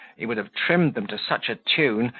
he would have trimmed them to such a tune,